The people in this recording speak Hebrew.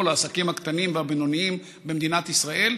לעסקים הקטנים והבינוניים במדינת ישראל,